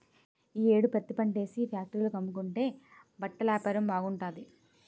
ఈ యేడు పత్తిపంటేసి ఫేట్రీల కమ్ముకుంటే బట్టలేపారం బాగుంటాది